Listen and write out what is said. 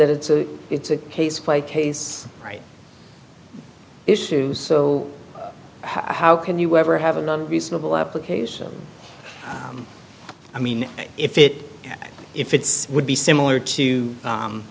that it's a it's a case by case right issue so how can you ever have another reasonable application i mean if it if it's would be similar to